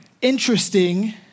interesting